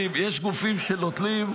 גופים שנותנים,